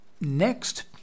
next